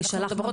שלחנו ניידות.